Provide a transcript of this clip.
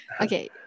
okay